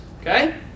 Okay